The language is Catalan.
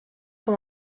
com